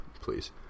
please